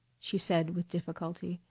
she said with difficulty,